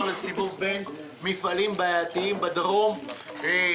לסיבוב בין מפעלים בעיתיים בדרום הארץ.